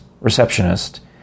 receptionist